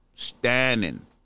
standing